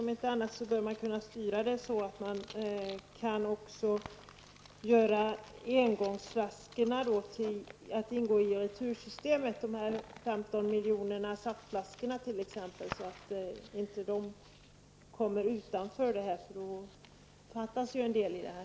Om inte annat bör man kunna styra det så, att även engångsflaskorna, t.ex. 15 miljoner saftflaskor, omfattas av retursystemet, så att de inte hamnar utanför.